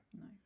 No